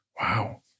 Wow